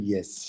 Yes